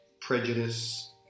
prejudice